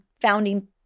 founding